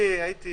אני הייתי